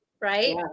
right